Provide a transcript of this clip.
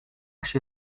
się